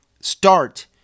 start